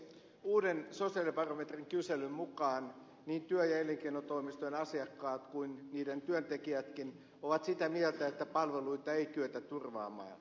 uuden sosiaalibarometrin mukaan niin työ ja elinkeinotoimistojen asiakkaat kuin niiden työntekijätkin ovat sitä mieltä että palveluita ei kyetä turvaamaan